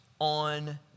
on